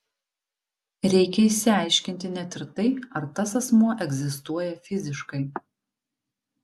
reikia išsiaiškinti net ir tai ar tas asmuo egzistuoja fiziškai